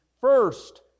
first